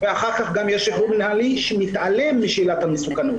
ואחר כך גם יש שחרור מינהלי שמתעלם משאלת המסוכנות.